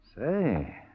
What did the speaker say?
Say